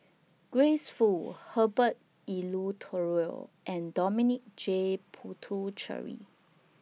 Grace Fu Herbert Eleuterio and Dominic J Puthucheary